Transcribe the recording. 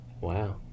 Wow